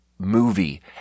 movie